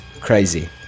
crazy